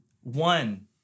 One